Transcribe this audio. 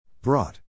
Brought